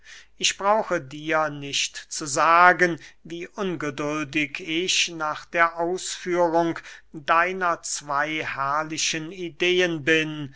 ich brauche dir nicht zu sagen wie ungeduldig ich nach der ausführung deiner zwey herrlichen ideen bin